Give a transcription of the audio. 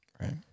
Right